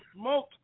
Smoke